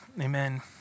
Amen